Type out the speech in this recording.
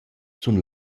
sun